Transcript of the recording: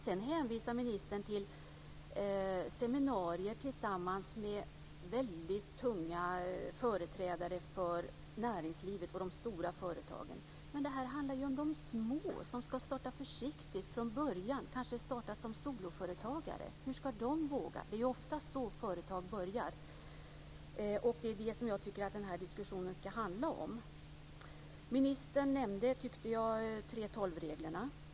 Sedan hänvisar ministern till seminarier tillsammans med väldigt tunga företrädare för näringslivet och de stora företagen. Men det här handlar ju om de små, de som ska starta försiktigt, från början. De kanske ska starta som soloföretagare. Hur ska de våga? Det är ju ofta så företag börjar. Det är det jag tycker att den här diskussionen ska handla om. Ministern nämnde, tyckte jag, 3:12-reglerna.